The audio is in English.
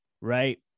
right